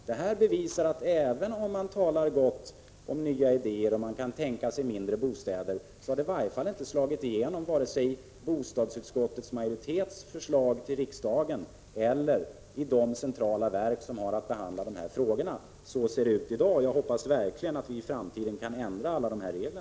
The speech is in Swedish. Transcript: Detta bevisar att även om man talar gott om nya idéer och säger att man kan tänka sig mindre bostäder, har detta i varje fall inte slagit igenom i vare sig bostadsutskottets majoritets förslag till riksdagen eller de centrala verk som har att behandla de här frågorna. Så ser det ut i dag. Jag hoppas verkligen att vi i framtiden kan ändra alla dessa regler.